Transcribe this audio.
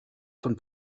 von